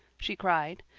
she cried.